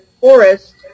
Forest